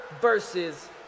versus